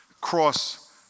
cross